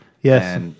Yes